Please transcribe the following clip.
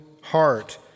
heart